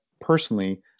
personally